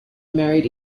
married